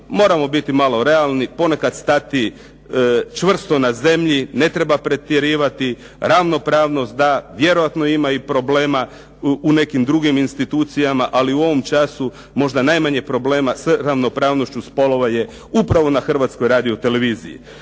moramo biti malo realni, ponekad stati čvrsto na zemlji, ne treba pretjerivati, ravnopravnost da, vjerojatno ima i problema i u nekim drugim institucijama, ali u ovom času možda najmanje problema s ravnopravnošću spolova je upravo na Hrvatskoj radio televiziji.